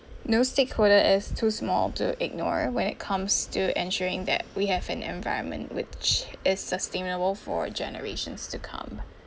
no stakeholder is too small to ignore when it comes to ensuring that we have an environment which is sustainable for generations to come